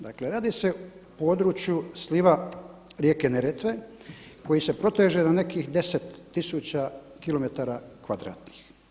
Dakle radi se o području sliva rijeke Neretve koji se proteže na nekih 10 tisuća kilometara kvadratnih.